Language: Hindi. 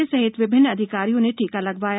े सहित विभिन्न अधिकारियों ने टीका लगवाया